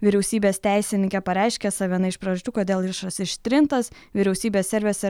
vyriausybės teisininkė pareiškė esą viena iš priežasčių kodėl įrašas ištrintas vyriausybės servise